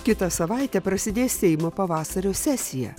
kitą savaitę prasidės seimo pavasario sesija